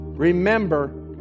Remember